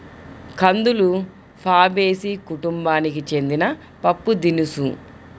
కందులు ఫాబేసి కుటుంబానికి చెందిన పప్పుదినుసు